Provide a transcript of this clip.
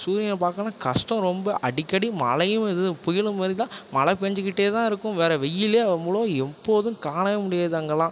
சூரியனை பார்க்கணுன்னா கஷ்டம் ரொம்ப அடிக்கடி மழையும் இது புயலும் மாரிதான் மழை பெஞ்சிக்கிட்டே தான் இருக்கும் வேறு வெயிலே அவ்வளோவா எப்போதும் காணவே முடியாது அங்கேல்லாம்